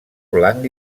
blanc